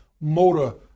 motor